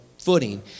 footing